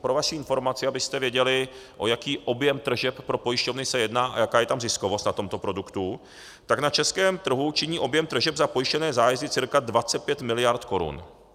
Pro vaši informaci, abyste věděli, o jaký objem tržeb pro pojišťovny se jedná a jaká je tam ziskovost na tomto produktu, tak na českém trhu činí objem tržeb za pojištěné zájezdy cca 25 miliard korun.